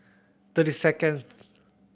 thirty seconds